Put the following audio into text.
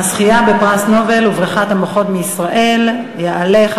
זוכי פרס נובל לכימיה ובריחת מוחות מישראל, מס'